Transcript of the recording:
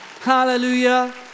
Hallelujah